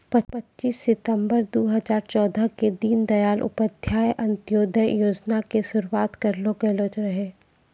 पच्चीस सितंबर दू हजार चौदह के दीन दयाल उपाध्याय अंत्योदय योजना के शुरुआत करलो गेलो रहै